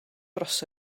dros